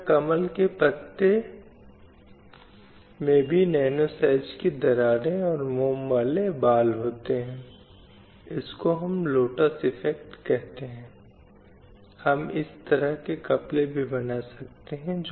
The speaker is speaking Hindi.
केवल इसलिए जब हम लैंगिक न्याय की बात करते हैं तो इसका मतलब है कि केवल समानता ही नहीं होनी चाहिए बल्कि किसी भी प्रकार का भेदभाव नहीं होना चाहिए